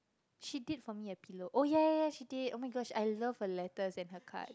she did for me a pillow oh yeah yeah yeah she did oh-my-gosh I love her letters and her card